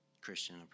Christian